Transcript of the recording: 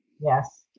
Yes